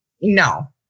no